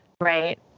Right